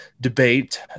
debate